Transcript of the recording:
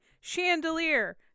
chandelier